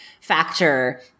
factor